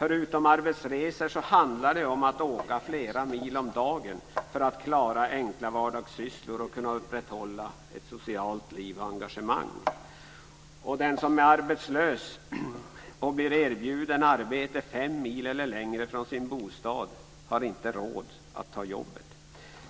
Förutom arbetsresor handlar det om att åka flera mil om dagen för att klara enkla vardagssysslor och kunna upprätthålla ett socialt liv och engagemang. mil eller längre bort från sin bostad har inte råd att ta jobbet.